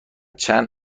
چند